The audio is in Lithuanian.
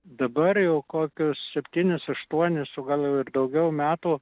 dabar jau kokius septynis aštuonis o gal jau ir daugiau metų